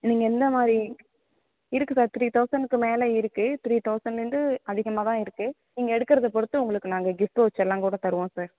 நீங்கள் எந்த மாதிரி இருக்குது சார் த்ரீ தௌசனுக்கு மேலே இருக்குது த்ரீ தௌசன்லருந்து அதிகமாகதான் இருக்குது நீங்கள் எடுக்கிறத பொறுத்து உங்களுக்கு நாங்கள் கிஃப்ட் வவுச்சரெலாம் கூட தருவோம் சார்